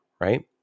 right